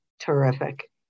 terrific